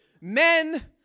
men